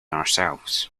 ourselves